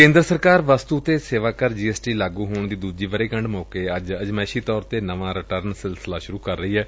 ਕੇਦਰ ਸਰਕਾਰ ਵਸਤੂ ਅਤੇ ਸੇਵਾ ਕਰ ਜੀ ਐਸ ਟੀ ਲਾਗੂ ਹੋਣ ਦੀ ਦੂਜੀ ਵਰ੍ਰੇਗੰਢ ਮੌਕੇ ਅੱਜ ਅਜਮਾਇਸ਼ੀ ਤੌਰ ਤੇ ਨਵਾਂ ਰਿਟਰਨ ਸਿਲਸਿਲਾ ਸੁਰੁ ਕਰ ਰਹੀ ਏ